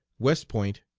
west point,